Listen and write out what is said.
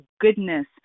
goodness